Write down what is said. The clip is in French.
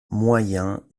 moyen